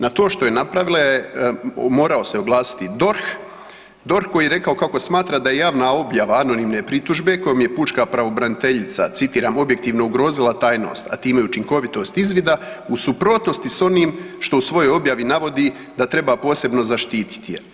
Na to što je napravila je, morao se oglasiti DORH, DORH koji je rekao kako smatra da javna objava anonimne pritužbe kojom je pučka pravobraniteljica citiram „objektivno ugrozila tajnost a time i učinkovitost izvida“, u suprotnosti s onim što u svojoj objavi navodi da treba posebno zaštititi.